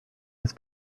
his